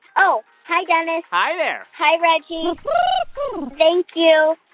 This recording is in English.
oh, hi, dennis hi there hi, reggie thank you.